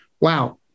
Wow